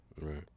right